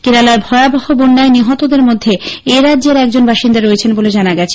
কেরালার ভয়াবহ বন্যায় নিহতদের মধ্যে এ রাজ্যের একজন বাসিন্দা রয়েছেন বলে জানা গেছে